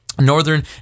northern